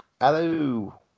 Hello